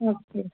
okay